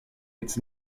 its